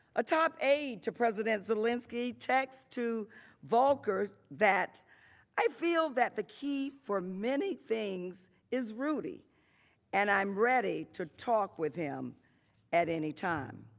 a top aide to president zelensky checks to volker that i feel that the key for many things is rudy and i'm ready to talk with him at any time.